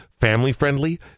family-friendly